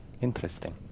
Interesting